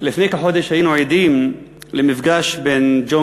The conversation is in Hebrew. לפני כחודש היינו עדים למפגש בין ג'ון